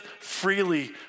freely